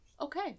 Okay